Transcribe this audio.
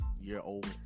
year-old